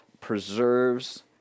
preserves